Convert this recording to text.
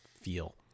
feel